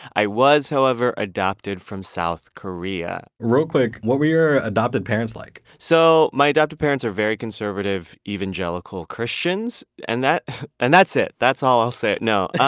i was, however, adopted from south korea real quick. what were your adopted parents like? so my adoptive parents are very conservative evangelical christians. and and that's it. that's all i'll say, no,